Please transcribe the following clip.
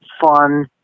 fun